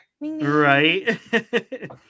right